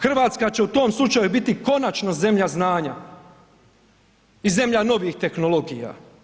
Hrvatska će u tom slučaju biti konačno zemlja znanja i zemlja novih tehnologija.